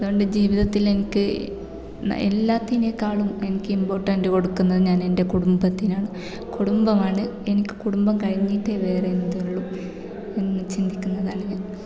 അതുകൊണ്ട് ജീവിതത്തിൽ എനിക്ക് എല്ലാറ്റിനേക്കാളും എനിക്ക് ഇമ്പോർട്ടൻറ്റ് കൊടുക്കുന്നത് ഞാൻ എൻ്റെ കുടുംബത്തിനാണ് കുടുംബമാണ് എനിക്ക് കുടുംബം കഴിഞ്ഞിട്ടേ വേറെ എന്തുമുള്ളൂ എന്ന് ചിന്തിക്കുന്നതാണ് ഞാൻ